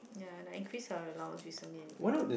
ya and increase our allowance recently and a bit